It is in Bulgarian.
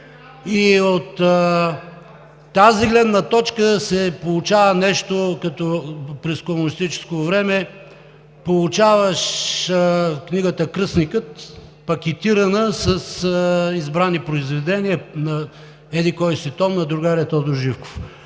И от тази гледна точка се получава нещо като през комунистическо време – получаваш книгата „Кръстникът“, пакетирана с избрани произведения, еди-кой си том на другаря Тодор Живков,